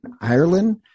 Ireland